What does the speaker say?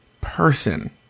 person